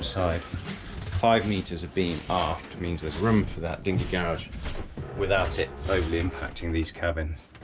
side five metres of beam aft means there's room for that dingy garage without it overly impacting these cabins,